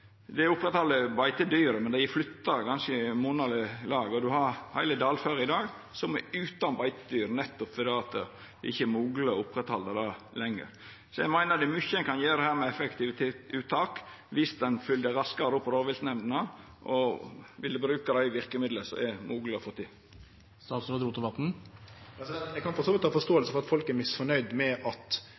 men dei er kanskje flytta i monaleg lag, og ein har heile dalføre i dag som er utan beitedyr, nettopp fordi det ikkje er mogleg å halda det ved lag lenger. Så eg meiner det er mykje ein her kan gjera med effektive uttak, viss ein følgjer raskare opp rovviltnemndene og vil bruka dei virkemidla som det er mogleg å få til. Eg kan for så vidt ha forståing for at folk er misfornøgde med at